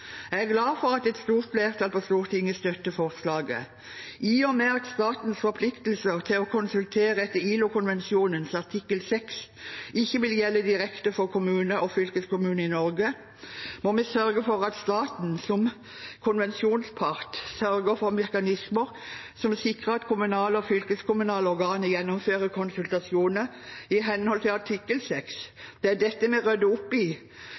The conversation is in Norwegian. Jeg er glad for at et stort flertall på Stortinget støtter forslaget. I og med at statens forpliktelser til å konsultere etter ILO-konvensjonens artikkel 6 ikke vil gjelde direkte for kommunene og fylkeskommunene i Norge, må vi sørge for at staten som konvensjonspart sørger for mekanismer som sikrer at kommunale og fylkeskommunale organer gjennomfører konsultasjoner i henhold til artikkel 6. Det er dette vi rydder opp i